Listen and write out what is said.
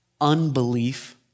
unbelief